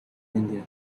india